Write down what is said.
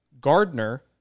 Gardner